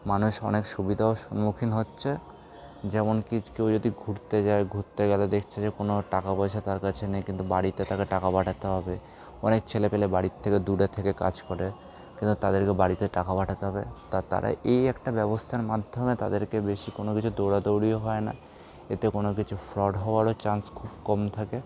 মানুষ অনেক সুবিধারও সম্মুখীন হচ্ছে যেমন কি কেউ যদি ঘুরতে যায় ঘুরতে গেলে দেখছে যে কোনো টাকা পয়সা তার কাছে নেই কিন্তু বাড়িতে তাকে টাকা পাঠাতে হবে অনেক ছেলেপেলে বাড়ির থেকে দূরের থেকে কাজ করে কিন্তু তাদেরকে বাড়িতে টাকা পাঠাতে হবে তা তারা এই একটা ব্যবস্থার মাধ্যমে তাদেরকে বেশি কোনো কিছু দৌড়াদৌড়িও হয় না এতে কোনো কিছু ফ্রড হওয়ারও চান্স খুব কম থাকে